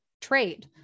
trade